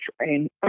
train